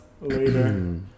later